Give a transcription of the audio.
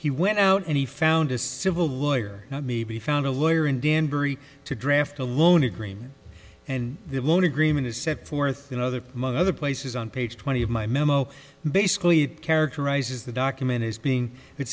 he went out and he found a civil lawyer now maybe found a lawyer in danbury to draft a loan agreement and the loan agreement is set forth in other mother places on page twenty of my memo basically characterizes the document as being